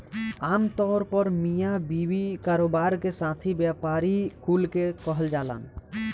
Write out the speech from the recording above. आमतौर पर मिया बीवी, कारोबार के साथी, व्यापारी कुल के कहल जालन